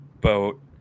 boat